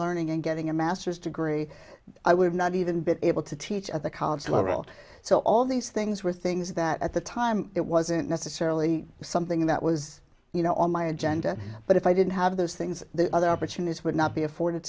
learning and getting a master's degree i would not even be able to teach at the college level so all these things were things that at the time it wasn't necessarily something that was you know on my agenda but if i didn't have those things the other opportunities would not be afforded